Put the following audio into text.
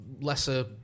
lesser